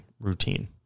routine